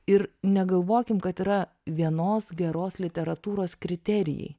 ir negalvokim kad yra vienos geros literatūros kriterijai